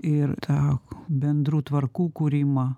ir tą bendrų tvarkų kūrimą